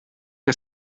que